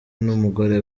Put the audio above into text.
n’umugore